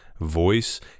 voice